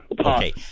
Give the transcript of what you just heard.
Okay